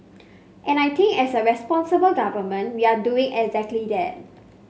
and I think as a responsible government we're doing exactly that